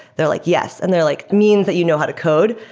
they're like, yes, and they're like means that you know how to code.